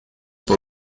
por